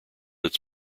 its